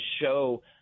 show